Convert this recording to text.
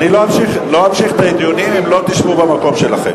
אני פשוט רוצה לתקן אותך מבחינת העובדות.